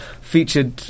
featured